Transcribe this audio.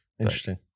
Interesting